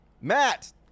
Matt